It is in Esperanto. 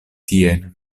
tien